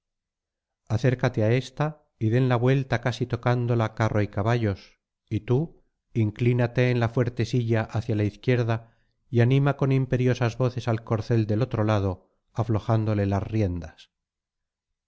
acércate á estay den la vuelta casi tocándola carro y caballos y tú inclínate en la fuerte silla hacia la izquierda y anima con imperiosas voces al corcel del otro lado aflojándole las riendas